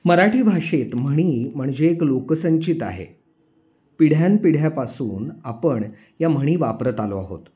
मराठी भाषेत म्हणी म्हणजे एक लोकसंचित आहे पिढ्यानपिढ्यापासून आपण या म्हणी वापरत आलो आहोत